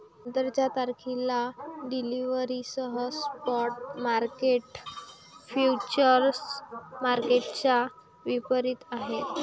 नंतरच्या तारखेला डिलिव्हरीसह स्पॉट मार्केट फ्युचर्स मार्केटच्या विपरीत आहे